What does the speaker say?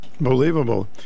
Believable